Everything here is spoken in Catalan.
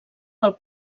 pel